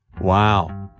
Wow